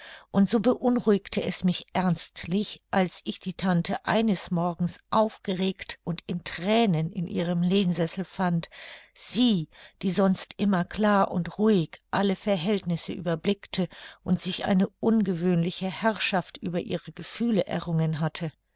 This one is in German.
und so beunruhigte es mich ernstlich als ich die tante eines morgens aufgeregt und in thränen in ihrem lehnsessel fand sie die sonst immer klar und ruhig alle verhältnisse überblickte und sich eine ungewöhnliche herrschaft über ihre gefühle errungen hatte